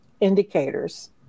indicators